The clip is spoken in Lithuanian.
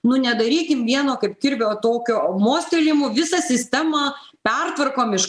nu nedarykim vieno kaip kirvio tokio mostelėjimu visą sistemą pertvarkom iš